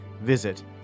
visit